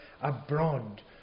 abroad